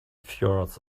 fjords